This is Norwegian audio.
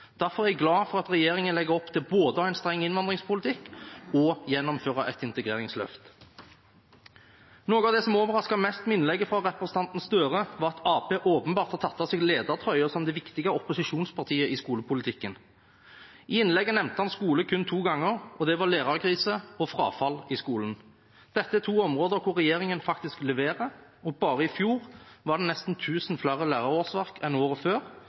Derfor er jeg glad for at regjeringen legger opp til både å ha en streng innvandringspolitikk og å gjennomføre et integreringsløft. Noe av det som overrasket meg mest med innlegget fra representanten Gahr Støre, var at Arbeiderpartiet åpenbart har tatt av seg ledertrøyen som det viktige opposisjonspartiet i skolepolitikken. I innlegget nevnte han skole kun to ganger, og det gjaldt lærerkrise og frafall i skolen. Dette er to områder hvor regjeringen faktisk leverer, og bare i fjor var det nesten tusen flere lærerårsverk enn året før,